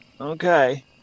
Okay